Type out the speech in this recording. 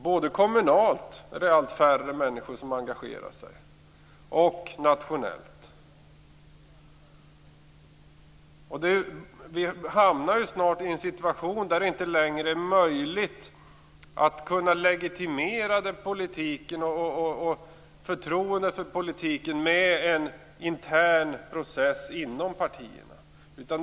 Både kommunalt och nationellt är det allt färre människor som engagerar sig. Vi hamnar snart i en situation där det inte längre är möjligt att legitimera politiken och förtroendet för politiken med en intern process inom partierna.